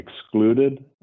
excluded